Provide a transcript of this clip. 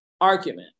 argument